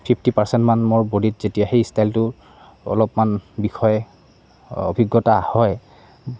fifty পাৰ্চেণ্টমান মোৰ বডীত যেতিয়া সেই ষ্টাইলটো অলপমান বিষয় অভিজ্ঞতা হয়